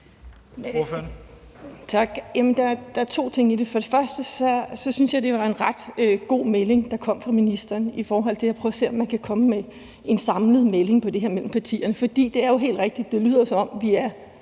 Der er to ting i det. For det første synes jeg, det var en ret god melding, der kom fra ministeren, i forhold til at prøve at se, om man kan komme med en samlet melding om det her partierne imellem, for det er jo helt rigtigt, at det lyder, som om vi et